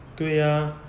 对 ah